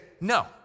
no